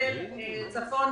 כולל צפון,